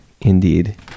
indeed